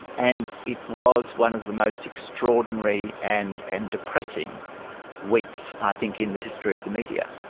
and it was one of the most extraordinary and and depressing weeks, i think, in the history of the media.